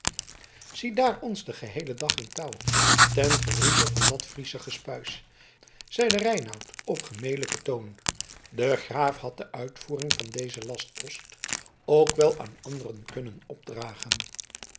ziedaar ons den geheelen dag in touw ten gerieve van dat friesche gespuis zeide reinout op gemelijken toon de graaf had de uitvoering van dezen lastpost ook wel aan anderen kunnen opdragen